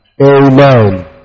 Amen